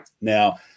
Now